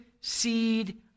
seed